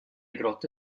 grotte